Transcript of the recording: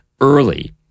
early